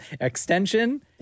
extension